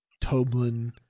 Toblin